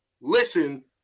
listen